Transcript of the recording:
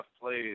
plays